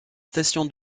station